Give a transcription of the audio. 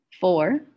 Four